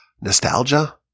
nostalgia